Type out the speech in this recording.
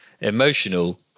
emotional